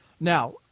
Now